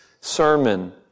sermon